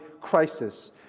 crisis